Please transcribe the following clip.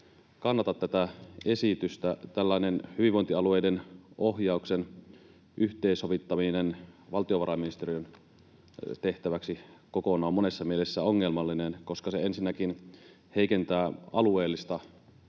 kannata tätä esitystä. Tällainen hyvinvointialueiden ohjauksen yhteensovittaminen kokonaan valtiovarainministeriön tehtäväksi on monessa mielessä ongelmallinen, koska se ensinnäkin heikentää alueellista valtaa